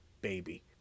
baby